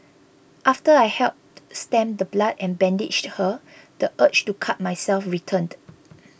after I helped stem the blood and bandaged her the urge to cut myself returned